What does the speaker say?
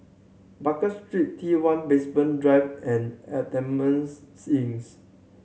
Baker Street T One Basement Drive and Adamson Inns